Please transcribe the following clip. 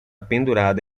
pendurada